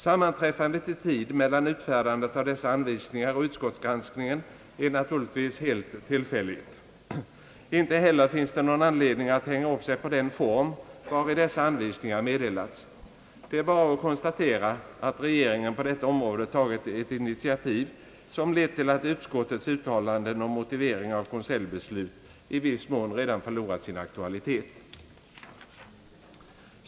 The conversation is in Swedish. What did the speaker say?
Sammanträffandet i tid mellan utfärdandet av dessa anvisningar och utskottsgranskningen är naturligtvis helt tillfälligt. Inte heller finns det någon anledning att hänga upp sig på den form vari dessa anvisningar meddelats. Det är bara att konstatera, att regeringen på detta område tagit ett initiativ som lett till att utskottets uttalanden om motivering av konseljbeslut i viss mån redan förlorat sin aktualitet.